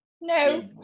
No